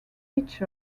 each